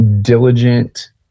diligent